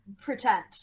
Pretend